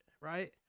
right